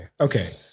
Okay